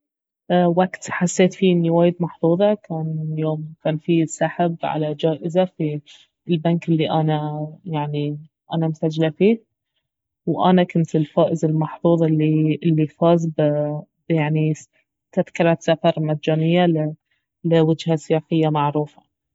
وقت حسيت فيه اني وايد محظوظة كان يوم كان في سحب على جائزة في البنك الي انا يعني انا مسجلة فيه وانا كنت الفائز المحظوظ الي الي فاز ب- فاز يعني بتذكرة سفر مجانية لوجهة سياحية معروفة